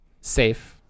Safe